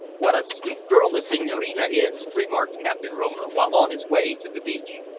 what a sweet girl the senhorina is! remarked captain romer, while on his way to the beach.